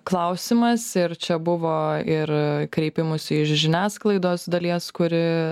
klausimas ir čia buvo ir kreipimųsi iš žiniasklaidos dalies kuri